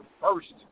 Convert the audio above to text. first